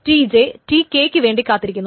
Tj T k ക്കുവേണ്ടി കാത്തിരിക്കുന്നു